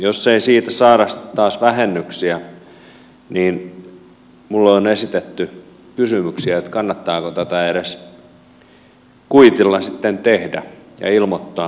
jos ei siitä saada sitten taas vähennyksiä niin minulle on esitetty kysymyksiä kannattaako tätä edes kuitilla sitten tehdä ja ilmoittaa mihinkään